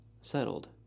settled